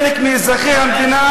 חלק מאזרחי המדינה,